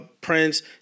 Prince